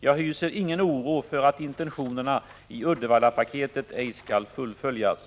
Jag hyser alltså ingen oro för att intentionerna i Uddevallapaketet ej skall fullföljas.